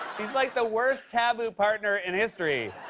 he's like the worst taboo partner in history.